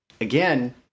again